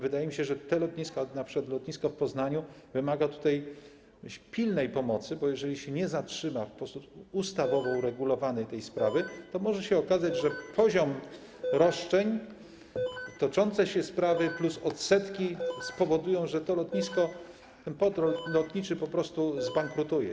Wydaje mi się, że te lotniska - np. lotnisko w Poznaniu - wymagają pilnej pomocy, bo jeżeli nie zatrzyma się w sposób ustawowo uregulowany tej sprawy, to może się okazać, że poziom roszczeń, toczące się sprawy plus odsetki spowodują, że to lotnisko, ten port lotniczy po prostu zbankrutuje.